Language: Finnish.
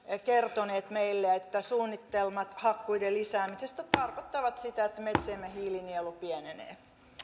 kertoneet meille että suunnitelmat hakkuiden lisäämisestä tarkoittavat sitä että metsiemme hiilinielu pienenee